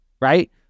right